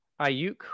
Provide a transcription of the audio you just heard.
Ayuk